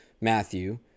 Matthew